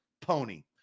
pony